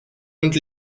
und